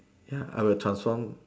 ya I will transform